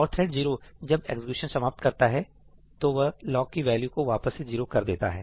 और thread zero जब execution समाप्त करता है तो वह लॉक की वैल्यू को वापस से जीरो कर देता है